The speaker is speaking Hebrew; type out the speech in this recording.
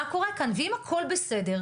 מה קורה כאן ואם הכול בסדר,